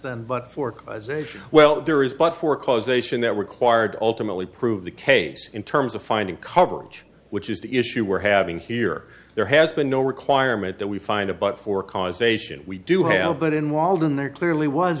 than but for causation well there is but for causation that required ultimately prove the case in terms of finding coverage which is the issue we're having here there has been no requirement that we find a but for causation we do have but in walden there clearly w